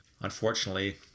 Unfortunately